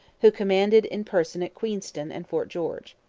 who commanded in person at queenston and fort george.